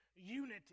Unity